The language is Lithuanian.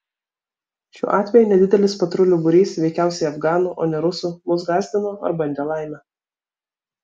šiuo atveju nedidelis patrulių būrys veikiausiai afganų o ne rusų mus gąsdino ar bandė laimę